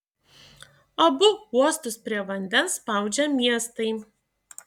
abu uostus prie vandens spaudžia miestai